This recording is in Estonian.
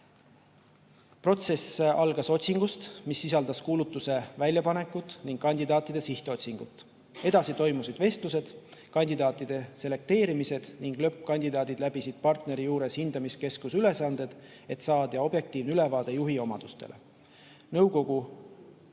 Protsess algas otsingust, mis sisaldas kuulutuse väljapanekut ning kandidaatide sihtotsingut. Edasi toimusid vestlused, kandidaatide selekteerimised ning lõppkandidaadid läbisid partneri juures hindamiskeskuse ülesanded, et saada objektiivne ülevaade juhiomadustest. Nõukogu